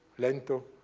lento,